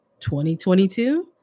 2022